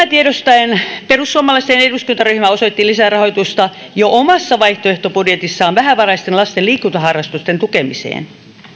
tiedostaen perussuomalaisten eduskuntaryhmä osoitti lisärahoitusta jo omassa vaihtoehtobudjetissaan vähävaraisten lasten liikuntaharrastusten tukemiseen